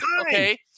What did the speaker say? Okay